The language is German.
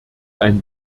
ein